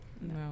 No